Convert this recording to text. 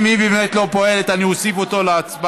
אם היא באמת לא פועלת אני אוסיף אותו להצבעה,